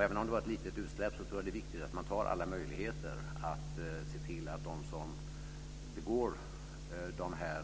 Även om det var ett litet utsläpp tror jag att det är viktigt att man tar alla möjligheter att se till att de som begår dessa